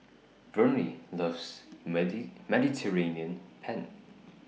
Verne loves Mediterranean Penne